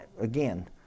again